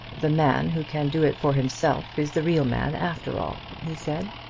the man who can do it for himself is the real man after all, he said.